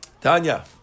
Tanya